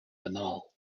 banal